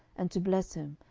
and to bless him,